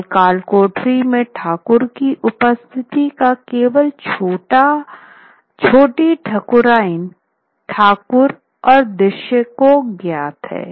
और कालकोठरी में ठाकुर की उपस्थिति का केवल छोटा ठाकुरायन ठाकुर और दर्शक को ज्ञात है